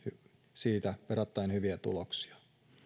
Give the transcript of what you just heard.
siitä verrattain hyviä tuloksia